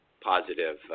positive